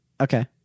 Okay